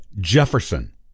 Jefferson